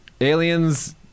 aliens